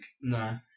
No